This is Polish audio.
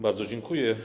Bardzo dziękuję.